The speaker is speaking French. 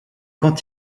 quand